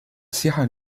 西汉